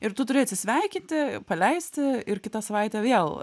ir tu turi atsisveikinti paleisti ir kitą savaitę vėl